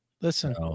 listen